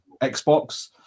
Xbox